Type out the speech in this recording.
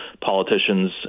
politicians